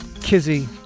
Kizzy